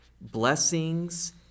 blessings